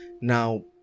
Now